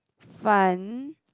fun